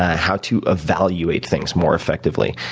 how to evaluate things more effectively.